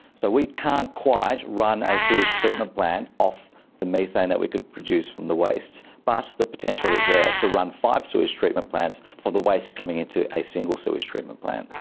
so we can't quite run a sewage treatment plant off the methane that we could produce from the waste. but the potential is there to run five sewage treatment plants for the waste coming into a single sewage treatment plant.